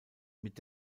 mit